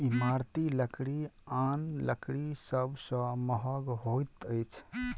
इमारती लकड़ी आन लकड़ी सभ सॅ महग होइत अछि